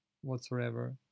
whatsoever